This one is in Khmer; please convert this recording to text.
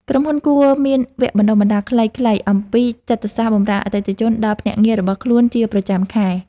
ក្រុមហ៊ុនគួរមានវគ្គបណ្ដុះបណ្ដាលខ្លីៗអំពីចិត្តសាស្ត្របម្រើអតិថិជនដល់ភ្នាក់ងាររបស់ខ្លួនជាប្រចាំខែ។